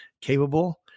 capable